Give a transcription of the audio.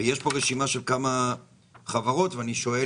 ויש פה רשימה של כמה חברות ואני שואל